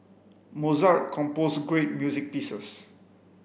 Mozart composed great music pieces